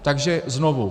Takže znovu.